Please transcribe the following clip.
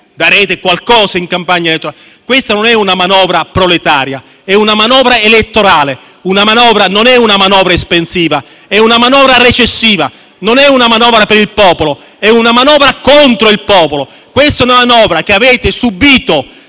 ma solo qualcosa - in campagna elettorale. Questa è una non manovra proletaria, ma elettorale. Non è una manovra espansiva, ma è una manovra recessiva. Non è una manovra per il popolo, ma è una manovra contro il popolo. Questa è una manovra che avete subìto